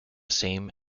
same